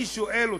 אני שואל אתכם,